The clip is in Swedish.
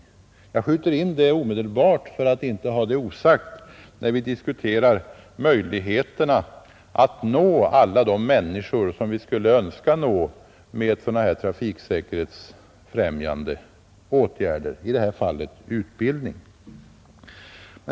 Jag har velat skjuta in det genast för att inte ha det osagt, när vi sedan diskuterar möjligheterna att nå alla människor som vi skulle önska nå med trafiksäkerhetsfrämjande åtgärder, i detta fall utbildning.